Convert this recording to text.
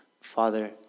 Father